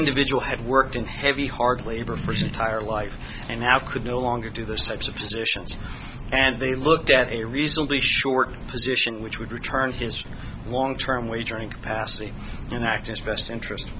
individual had worked in heavy hard labor prison entire life and now could no longer do those types of positions and they looked at a reasonably short position which would return his long term wage earning capacity the next best interest